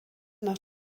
nach